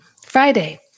Friday